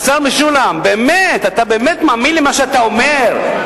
השר משולם, באמת, אתה באמת מאמין במה שאתה אומר?